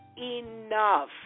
enough